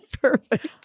perfect